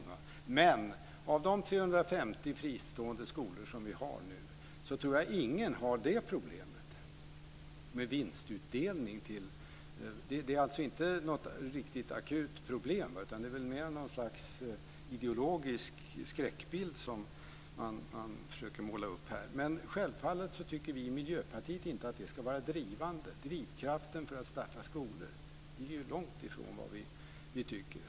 Jag tror inte att någon av de 350 fristående skolor som finns har problem med vinstutdelning. Det är alltså inte något akut problem. Det är väl mer någon slags ideologisk skräckbild man försöker måla upp. Vi i Miljöpartiet tycker självfallet inte att det ska vara drivkraften för att starta skolor.